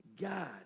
God